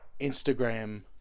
Instagram